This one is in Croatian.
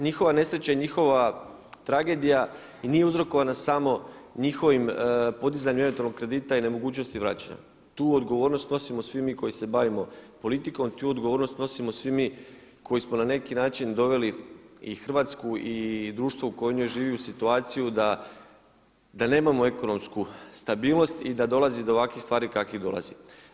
Njihova nesreća i njihova tragedije i nije uzrokovana samo njihovim, podizanjem eventualno kredita i nemogućnosti vraćanja, tu odgovornost nosimo svi mi koji se bavimo politikom, tu odgovornost nosimo svi mi koji smo na neki način doveli i Hrvatsku i društvo koje u njoj živi u situaciju da nemamo ekonomsku stabilnost i da dolazi do ovakvih stvari kakvih dolazi.